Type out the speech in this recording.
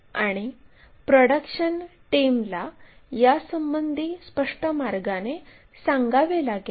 आणि प्रोडक्शन टीमला यासंबंधी स्पष्ट मार्गाने सांगावे लागेल